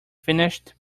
finished